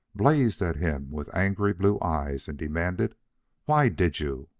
blazed at him with angry blue eyes and demanded why did you?